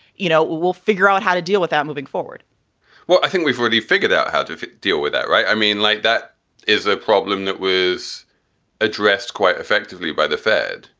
you know, we'll figure out how to deal with that moving forward well, i think we've really figured out how to deal with that, right. i mean, like that is a problem that was addressed quite effectively by the fed.